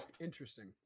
Interesting